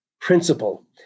principle